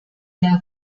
der